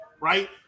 right